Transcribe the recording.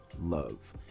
Love